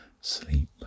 sleep